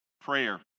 prayer